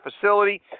facility